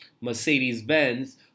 Mercedes-Benz